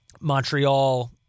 Montreal